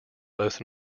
both